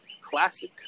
classic